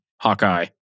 Hawkeye